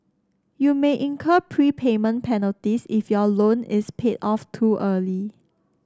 you may incur prepayment penalties if your loan is paid off too early